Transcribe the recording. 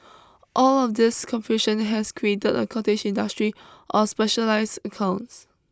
all of this confusion has created a cottage industry of specialised accounts